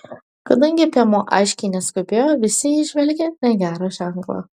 kadangi piemuo aiškiai neskubėjo visi įžvelgė negerą ženklą